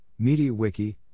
MediaWiki